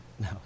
No